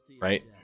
Right